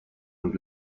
und